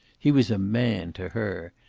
he was a man to her.